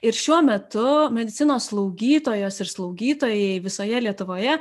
ir šiuo metu medicinos slaugytojos ir slaugytojai visoje lietuvoje